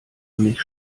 mich